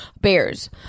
bears